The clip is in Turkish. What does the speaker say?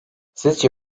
sizce